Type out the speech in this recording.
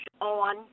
on